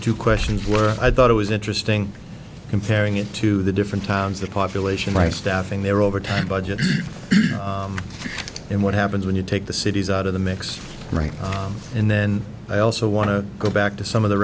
two questions were i thought it was interesting comparing it to the different towns the population right staffing their overtime budget and what happens when you take the cities out of the mix right and then i also want to go back to some of the